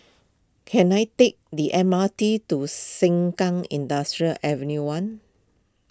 can I take the M R T to Sengkang Industrial Avenue one